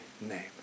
name